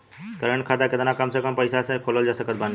Current खाता केतना कम से कम पईसा से खोल सकत बानी?